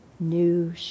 New